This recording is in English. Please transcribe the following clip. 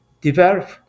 develop